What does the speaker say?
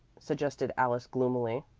suggested alice gloomily.